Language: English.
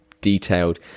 detailed